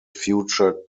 future